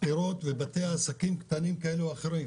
ובתי עסק קטנים כאלה ואחרים,